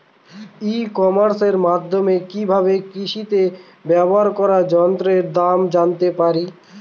ই কমার্সের মাধ্যমে কি ভাবে কৃষিতে ব্যবহার করা যন্ত্রের দাম জানতে পারি?